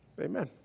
Amen